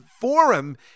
forum